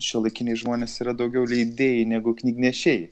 šiuolaikiniai žmonės yra daugiau leidėjai negu knygnešiai